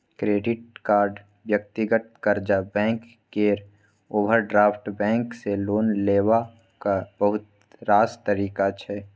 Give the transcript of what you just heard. credit card, व्यक्तिगत कर्जा, bank केर ओवरड्राफ्ट बैंक सँ लोन लेबाक बहुत रास तरीका छै